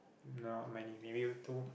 not many maybe two